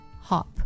hop